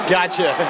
Gotcha